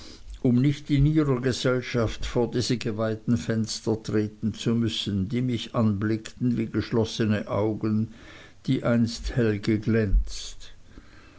um nicht in ihrer gesellschaft vor diese geweihten fenster treten zu müssen die mich anblickten wie geschlossene augen die einst hell geglänzt